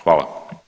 Hvala.